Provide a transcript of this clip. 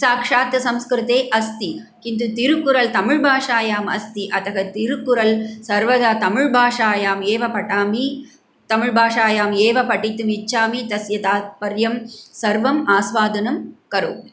साक्षात् संस्कृते अस्ति किन्तु तिरुकुरल् तमिल् भाषायाम् अस्ति अतः तिरुकुरल् सर्वदा तमिल् भाषायामेव पठामि तमिल् भाषायाम् एव पटितुं इच्छामि तस्य तात्पर्यं सर्वम् आस्वादनं करोमि